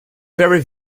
very